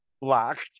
Blocked